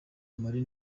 mali